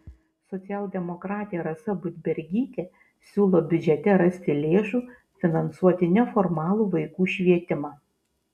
socialdemokratė rasa budbergytė siūlo biudžete rasti lėšų finansuoti neformalų vaikų švietimą